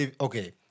okay